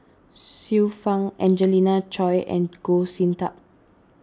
Xiu Fang Angelina Choy and Goh Sin Tub